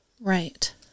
Right